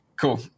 Cool